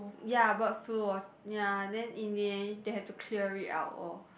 ya blood flow was ya then in the end they have to clear it out orh